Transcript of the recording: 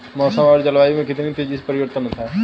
मौसम और जलवायु में कितनी तेजी से परिवर्तन होता है?